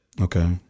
Okay